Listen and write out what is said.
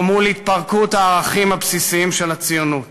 מול התפרקות הערכים הבסיסיים של הציונות.